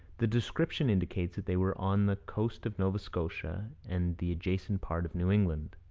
the description indicates that they were on the coast of nova scotia and the adjacent part of new england.